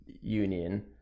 Union